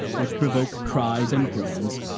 which provoke cries and groans,